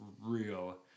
real